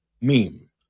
meme